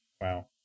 Wow